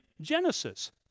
Genesis